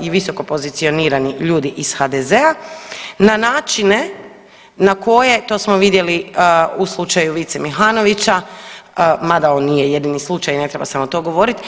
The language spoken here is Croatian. i visoko pozicionirani ljudi iz HDZ-a na načine na koje to smo vidjeli u slučaju Vice Mihanovića, mada on nije jedini slučaj ne treba samo to govoriti.